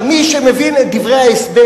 מי שמבין את דברי ההסבר